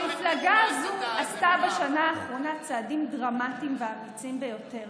המפלגה הזו עשתה בשנה האחרונה צעדים דרמטיים ואמיצים ביותר